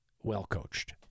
well-coached